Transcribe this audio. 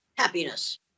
happiness